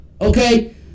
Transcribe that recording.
Okay